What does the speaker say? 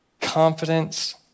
Confidence